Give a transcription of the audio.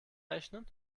rechnen